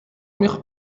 mich